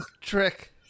trick